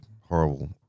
horrible